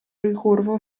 ricurvo